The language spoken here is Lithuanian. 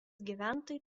gyventojai